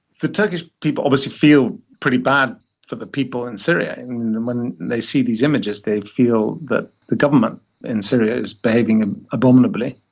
the turkish people obviously feel pretty bad for the people in syria and when they see these images, they feel that the government in syria is behaving ah abominably.